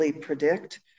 predict